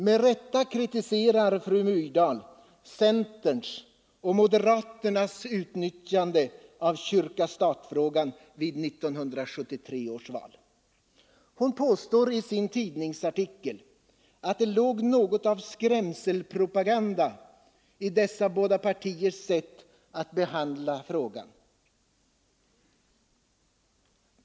Med rätta kritiserar fru Myrdal centerns och moderaternas utnyttjande av kyrka—stat-frågan vid 1973 års val. Hon påstår i sin tidningsartikel att det låg något av skrämselpropaganda i dessa båda partiers sätt att behandla frågan.